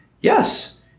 Yes